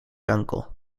uncle